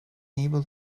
able